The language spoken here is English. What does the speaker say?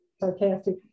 sarcastic